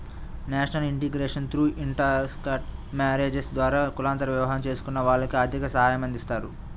national integration through intercaste marriages ద్వారా కులాంతర వివాహం చేసుకున్న వాళ్లకి ఆర్థిక సాయమందిస్తారు